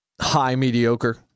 high-mediocre